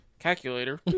calculator